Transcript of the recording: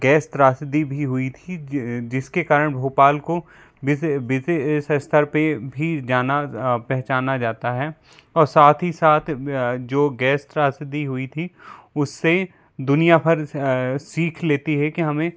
gas त्रासदी भी हुई थी जिसके कारण भोपाल को विशेष स्तर पे ये भी जाना पहचाना जाता है और साथ ही साथ जो गैस त्रासदी हुई थी उससें दुनिया भर सीख लेती है कि हमें